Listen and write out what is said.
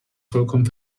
vollkommen